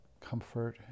comfort